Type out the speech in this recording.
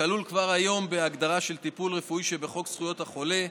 כלול כבר היום בהגדרה של טיפול רפואי שבחוק זכויות החולה,